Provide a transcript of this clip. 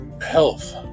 health